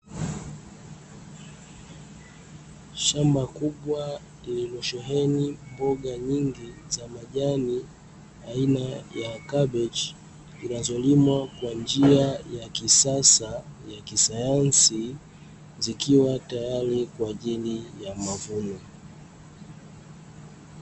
Shamba kubwa lililosheheni mboga nyingi za majani aina ya kabichi zinazolimwa kwa njia ya kisasa ya kisayansi zikiwa tayari kwa ajili ya mavuno.